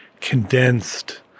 condensed